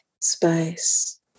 space